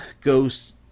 goes